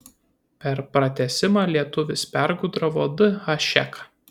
per pratęsimą lietuvis pergudravo d hašeką